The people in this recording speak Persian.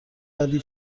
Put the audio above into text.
ولی